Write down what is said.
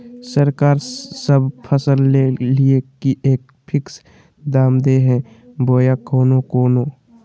सरकार सब फसल के लिए एक फिक्स दाम दे है बोया कोनो कोनो?